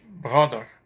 brother